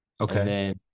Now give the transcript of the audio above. okay